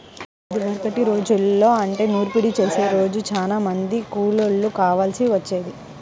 ఇదివరకటి రోజుల్లో అంటే నూర్పిడి చేసే రోజు చానా మంది కూలోళ్ళు కావాల్సి వచ్చేది